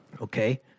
okay